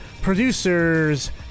producers